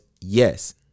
yes